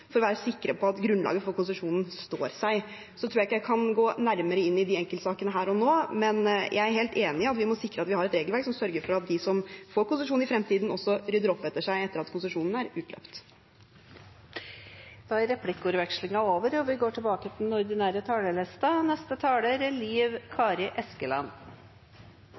for å være sikre på at grunnlaget for konsesjonen står seg. Jeg tror ikke jeg kan gå nærmere inn i de enkeltsakene her og nå, men jeg er helt enig i at vi må sikre at vi har et regelverk som sørger for at de som får konsesjon i fremtiden, også rydder opp etter seg etter at konsesjonen er utløpt. Replikkordskiftet er over.